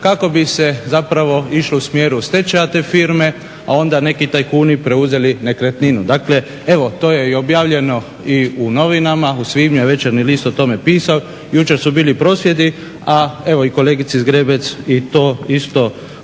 kako bi se zapravo išlo u smjeru stečaja te firme, a onda neki tajkuni preuzeli nekretninu. Dakle, evo to je i objavljeno i u novinama. U svibnju je „Večernji list“ o tome pisao. Jučer su bili prosvjedi, a evo i kolegice Zgrebec i to isto neka